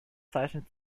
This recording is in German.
zeichnet